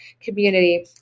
community